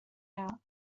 out